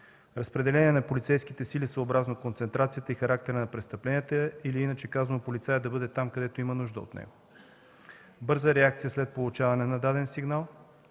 разпределение на полицейските сили съобразно концентрацията и характера на престъпленията или иначе казано – полицаят да бъде там, където има нужда от него; бърза реакция след получаване на даден сигнал;